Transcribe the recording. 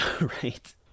Right